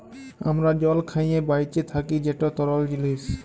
আমরা জল খাঁইয়ে বাঁইচে থ্যাকি যেট তরল জিলিস